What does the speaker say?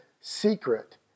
secret